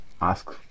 ask